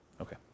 Okay